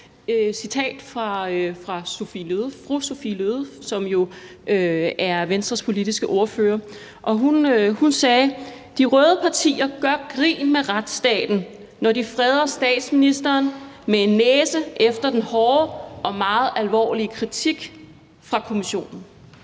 citat fra fru Sophie Løhde, som jo er Venstres politiske ordfører. Hun sagde: »De røde partier gør grin med retsstaten, når de freder statsministeren med en næse efter den hårde og meget alvorlige kritik fra kommissionen.«